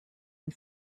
and